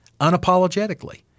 unapologetically